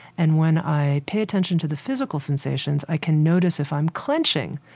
and when i pay attention to the physical sensations, i can notice if i'm clenching.